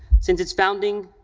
since its founding,